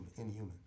inhuman